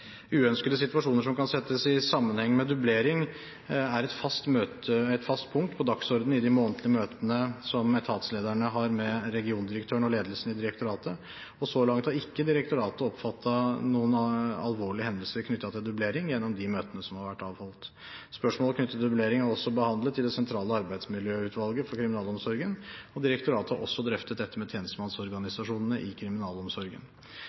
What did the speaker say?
Uønskede situasjoner som kan settes i sammenheng med dublering, er et fast punkt på dagsordenen i de månedlige møtene som etatslederne har med regiondirektøren og ledelsen i direktoratet, og så langt har ikke direktoratet oppfattet noen alvorlige hendelser knyttet til dublering gjennom de møtene som har vært avholdt. Spørsmål knyttet til dublering er også behandlet i Det sentrale arbeidsmiljøutvalget i kriminalomsorgen. Direktoratet har også drøftet dette med tjenestemannsorganisasjonene i kriminalomsorgen.